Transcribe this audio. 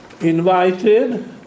invited